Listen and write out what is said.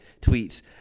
tweets